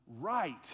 right